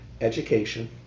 education